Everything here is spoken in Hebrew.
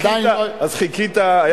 אז חיכית,